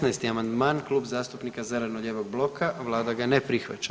16. amandman Klub zastupnika zeleno-lijevog bloka vlada ga ne prihvaća.